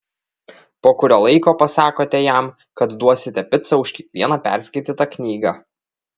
po kurio laiko pasakote jam kad duosite picą už kiekvieną perskaitytą knygą